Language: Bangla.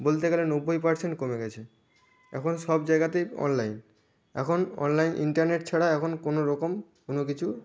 বলতে গেলে নব্বই পারসেন্ট কমে গেছে এখন সব জায়গাতে অনলাইন এখন অনলাইন ইন্টারনেট ছাড়া এখন কোনো রকম কোনো কিছু